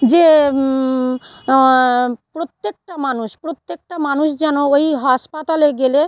যে প্রত্যেকটা মানুষ প্রত্যেকটা মানুষ যেন ওই হাসপাতালে গেলে